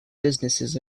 businesses